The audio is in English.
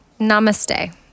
namaste